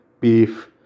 beef